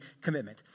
commitment